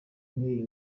nk’iyi